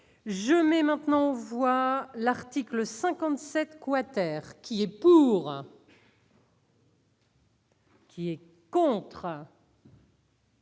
Je mais maintenant on voit l'article 57 quater, qui est pour. Qui est contre.